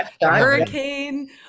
hurricane